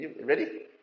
Ready